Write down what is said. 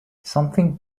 something